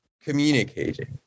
communicating